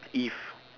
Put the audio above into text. if